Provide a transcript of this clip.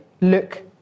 look